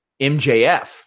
MJF